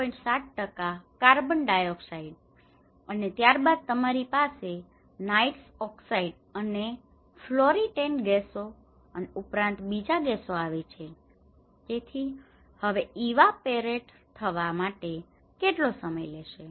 7 carbon dioxide અને ત્યારબાદ તમારી પાસે નાઈટ્રસ ઓક્સાઇડ અને ફ્લોરિનેટેડ ગેસો અને ઉપરાંત બીજા ગેસો આવે છે તેથી હવે ઇવાપોરેટ થવા માટે કેટલો સમય લેશે